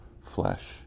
flesh